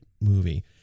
movie